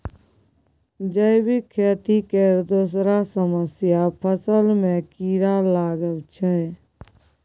जैबिक खेती केर दोसर समस्या फसल मे कीरा लागब छै